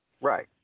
Right